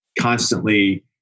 constantly